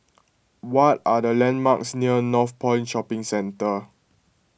what are the landmarks near Northpoint Shopping Centre